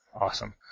Awesome